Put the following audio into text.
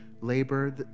labor